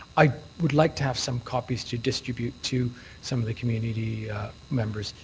i would like to have some copies to distribute to some of the community members,